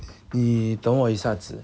你等我一下子